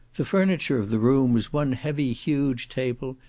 the furniture of the room was one heavy huge table,